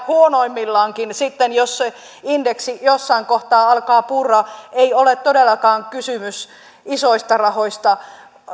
huonoimmillaankin sitten jos se indeksi jossain kohtaa alkaa purra ei ole todellakaan kysymys isoista rahoista